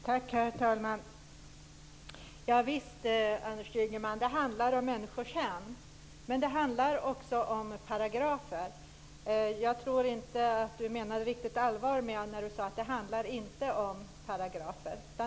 Herr talman! Javisst, Anders Ygeman, handlar det om människors hem. Men det handlar också om paragrafer. Jag tror inte att Anders Ygeman menade allvar när han sade att det inte handlar om paragrafer.